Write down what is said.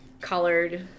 colored